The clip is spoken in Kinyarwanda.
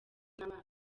n’amazi